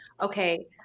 okay